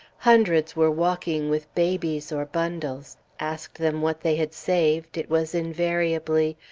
hundreds were walking with babies or bundles ask them what they had saved, it was invariably,